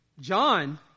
John